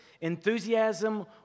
enthusiasm